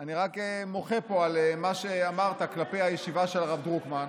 אני רק מוחה פה על מה שאמרת כלפי הישיבה של הרב דרוקמן.